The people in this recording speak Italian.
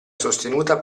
sostenuta